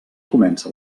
comença